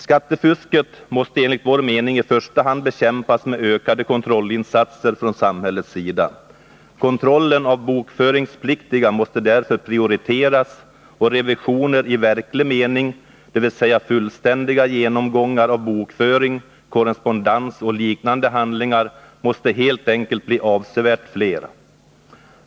Skattefusket måste enligt vår mening i första hand bekämpas med ökade kontrollinsatser från samhällets sida. Kontrollen av bokföringspliktiga måste därvid prioriteras, och revisioner i verklig mening — dvs. mer fullständiga genomgångar av bokföring, korrespondens och liknande handlingar — måste helt enkelt bli avsevärt flera.